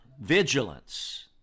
vigilance